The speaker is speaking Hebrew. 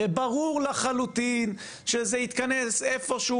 הרי ברור לחלוטין שזה יתכנס איפה שהוא